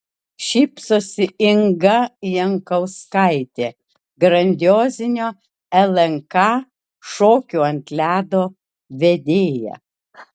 šypsosi inga jankauskaitė grandiozinio lnk šokių ant ledo vedėja